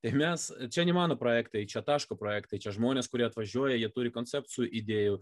tai mes čia ne mano projektai čia taško projektai čia žmonės kurie atvažiuoja jie turi koncepcijų idėjų